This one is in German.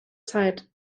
zeit